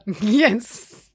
yes